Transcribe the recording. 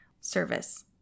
service